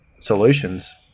solutions